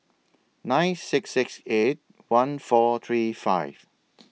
nine six six eight one four three five